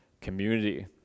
community